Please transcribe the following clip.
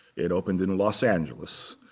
it opened in los angeles.